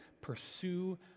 pursue